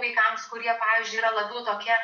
vaikams kurie pavyzdžiui yra labiau tokie